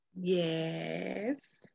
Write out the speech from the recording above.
Yes